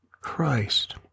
Christ